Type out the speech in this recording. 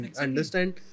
understand